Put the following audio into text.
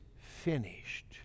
finished